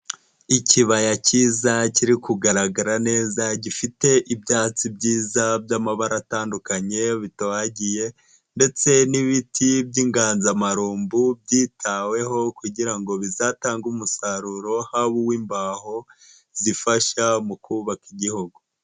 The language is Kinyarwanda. Ikibaya cyiza kiri kugaragara neza gifite ibyatsi byiza by'amabara atandukanye, bitohagiye ndetse n'ibiti by'inganzamarumbu byitaweho kugira ngo bizatange umusaruro, haba w'imbaho zifasha mu kubaka igihugu.